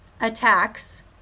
attacks